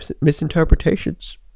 misinterpretations